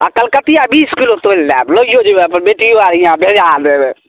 आ कलकतिआ बीस किलो तोलि देब लओ जेबै आ अपन बेटिओ हीआँ भेजा देबै